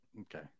Okay